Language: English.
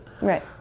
Right